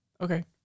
Okay